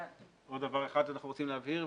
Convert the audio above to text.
עוד דבר אחד אנחנו רוצים להבהיר,